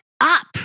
up